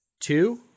two